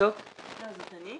את אתו ביחד.